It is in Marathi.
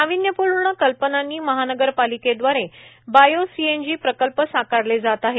नाविन्यपूर्ण कल्पनांनी महानगरपालिकेद्वारे बायोसीएनजी प्रकल्प साकारले जात आहेत